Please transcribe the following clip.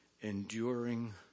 enduring